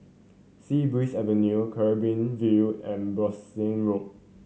Sea Breeze Avenue Canberra View and Bassein Road